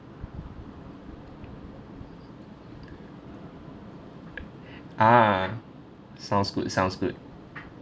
ah sounds good sounds good